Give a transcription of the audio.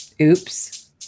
Oops